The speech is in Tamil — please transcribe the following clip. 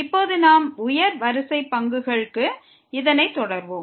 இப்போது நாம் உயர் வரிசை பங்குகளுக்கு இதனை தொடர்வோம்